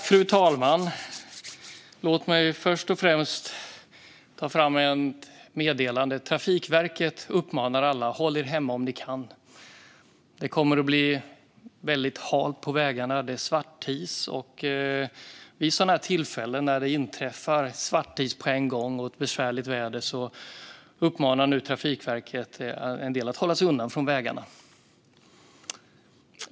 Fru talman! Låt mig först ta fram ett meddelande: Trafikverket uppmanar alla: Håll er hemma om ni kan! Det kommer att bli halt på vägarna. Det är svartis. Vid tillfällen då det inträffar svartis och besvärligt väder uppmanar Trafikverket en del att hålla sig undan från vägarna.